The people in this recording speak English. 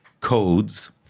codes